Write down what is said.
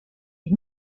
les